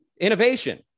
innovation